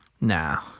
No